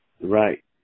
Right